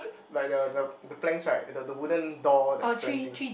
like the the the planks right the the wooden door the plank thing